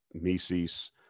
Mises